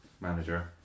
manager